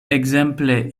ekzemple